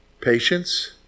Patience